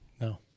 No